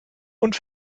und